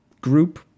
group